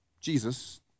Jesus